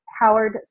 Howard